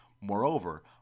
Moreover